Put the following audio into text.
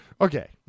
okay